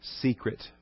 secret